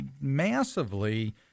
massively